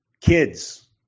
Kids